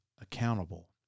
accountable